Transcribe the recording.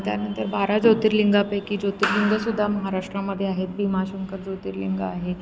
त्यानंतर बारा ज्योतिर्लिंगापैकी ज्योतिर्लिंगसुद्धा महाराष्ट्रामध्ये आहेत भीमाशंकर ज्योतिर्लिंग आहे